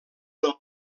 del